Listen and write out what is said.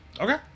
Okay